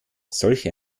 solche